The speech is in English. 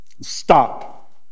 Stop